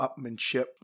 upmanship